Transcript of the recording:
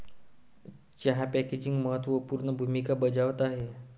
चहा पॅकेजिंग महत्त्व पूर्ण भूमिका बजावत आहे